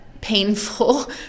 painful